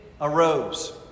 arose